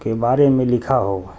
کے بارے میں لکھا ہو